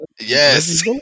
Yes